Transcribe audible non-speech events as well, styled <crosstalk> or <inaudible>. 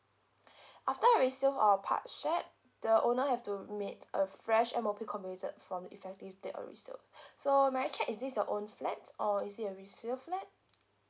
<breath> after a resale or part shared the owner have to meet a fresh M_O_P computed from the effective date of resale <breath> so may I check is this your own flats or is it a resale flat